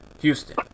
Houston